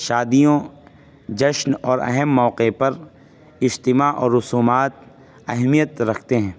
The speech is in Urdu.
شادیوں جشن اور اہم موقع پر اجتماع اور رسومات اہمیت رکھتے ہیں